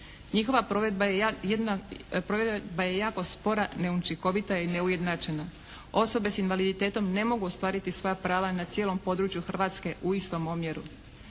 Njihova provedba je jako spora, neučinkovita i neujednačena. Osobe s invaliditetom ne mogu ostvariti svoja prava na cijelom području Hrvatske u istom omjeru.